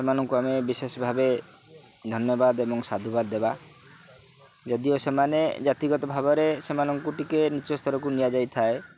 ସେମାନଙ୍କୁ ଆମେ ବିଶେଷ ଭାବେ ଧନ୍ୟବାଦ ଏବଂ ସାଧୁବାଦ ଦେବା ଯଦିଓ ସେମାନେ ଜାତିଗତ ଭାବରେ ସେମାନଙ୍କୁ ଟିକେ ନିଜ ସ୍ତରକୁ ନିଆଯାଇଥାଏ